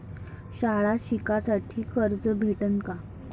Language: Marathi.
शाळा शिकासाठी कर्ज भेटन का?